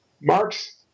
Marx